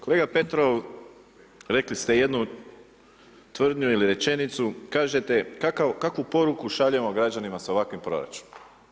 Kolega Petrov, rekli ste jednu tvrdnju ili rečenicu, kažete, kakvu poruku šaljemo građanima sa ovakvim proračunom?